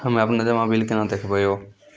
हम्मे आपनौ जमा बिल केना देखबैओ?